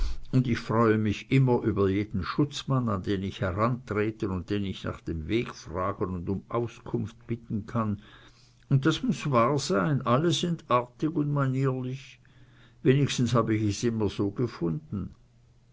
und freue mich immer über jeden schutzmann an den ich herantreten und den ich nach dem weg fragen und um auskunft bitten kann und das muß wahr sein alle sind artig und manierlich wenigstens hab ich es immer so gefunden